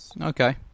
Okay